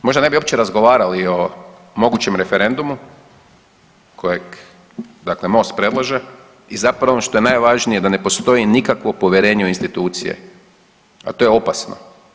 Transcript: Možda ne bi uopće razgovarali o mogućem referendumu kojeg dakle Most predlaže i zapravo ono što je najvažnije da ne postoji nikakvo povjerenje u institucije, a to je opasno, to je jako opasno.